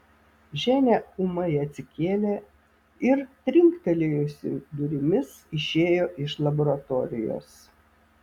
ženia ūmai atsikėlė ir trinktelėjusi durimis išėjo iš laboratorijos